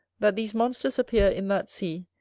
that these monsters appear in that sea,